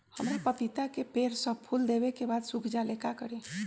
हमरा पतिता के पेड़ सब फुल देबे के बाद सुख जाले का करी?